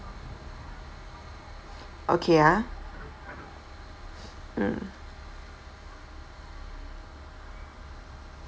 okay ah mm